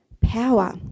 Power